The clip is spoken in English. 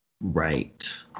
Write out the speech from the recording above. Right